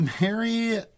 Mary